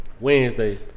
Wednesday